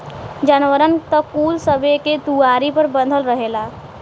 जानवरन त कुल सबे के दुआरी पर बँधल रहेला